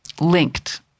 linked